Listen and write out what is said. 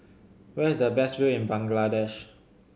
where is the best view in Bangladesh